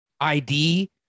ID